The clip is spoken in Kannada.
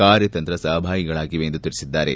ಕಾರ್ಯತಂತ್ರ ಸಹಭಾಗಿಗಳಾಗಿವೆ ಎಂದು ತಿಳಿಸಿದ್ದಾರೆ